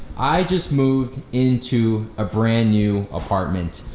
i just moved into a brand new apartment.